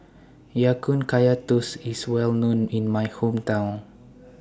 Ya Kun Kaya Toast IS Well known in My Hometown